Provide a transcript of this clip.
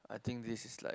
I think this is like